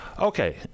Okay